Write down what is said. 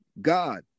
God